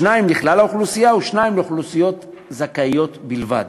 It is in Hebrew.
שניים לכלל האוכלוסייה ושניים לאוכלוסיות זכאיות בלבד.